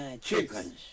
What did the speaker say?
Chickens